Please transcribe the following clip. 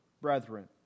brethren